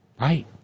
Right